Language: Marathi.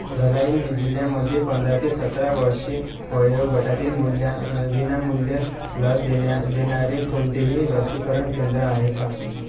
धलाई जिल्ह्यामध्ये पंधरा ते सतरा वर्षे वयोगटातील मूल्या विनामूल्य लस देण्या देणारे कोणतेही लसीकरण केंद्र आहे का